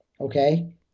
okay